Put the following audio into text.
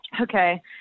okay